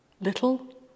little